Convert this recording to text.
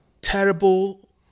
terrible